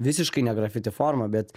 visiškai ne grafiti forma bet